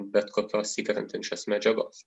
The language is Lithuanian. bet kokios įkrentančios medžiagos